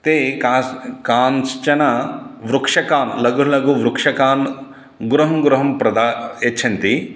ते का काँश्चन वृक्षकान् लघुलघुवृक्षकान् गृहं गृहं प्रदा यच्छन्ति